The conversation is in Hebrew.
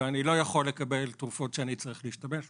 ואני לא יכול לקבל תרופות שאני צריך להשתמש בהן.